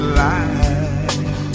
life